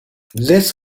this